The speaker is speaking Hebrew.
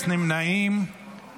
להעביר את הצעת